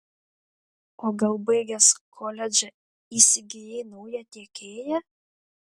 o gal baigęs koledžą įsigijai naują tiekėją